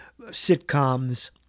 sitcoms